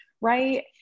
right